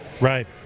right